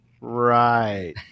right